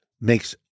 makes